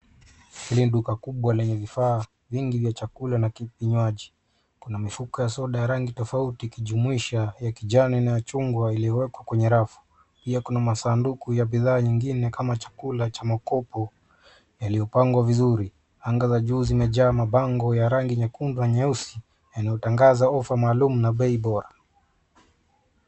Hili ni duka kubwa lenye vifaa vingi vya chakula na vinywaji. Kuna mifuka ya soda ya rangi tofauti ikijumuisha ya kijani na ya chungwa iliyowekwa kwenye rafu. Pia kuna masanduka ya bidhaa nyingine kama chakula cha makopo yaliyopangwa vizuri. Anga za juu zimejaa mabango ya rangi nyekundu na nyeusi, yanayotangaza ofa maalumu na bei bora.